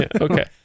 Okay